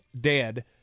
Dead